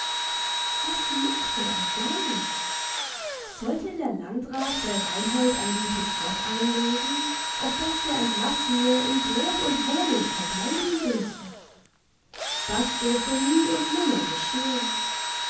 was mochte er wollen sollte der landrat bei reinhold ein gutes wort einlegen auf daß der entlassene in brot und wohnung verbleiben dürfe das durfte nun und nimmer geschehen